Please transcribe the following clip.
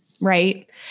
right